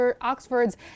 Oxford's